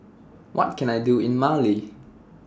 What Can I Do in Mali